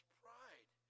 pride